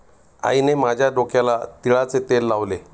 आईने माझ्या डोक्याला तिळाचे तेल लावले